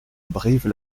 brive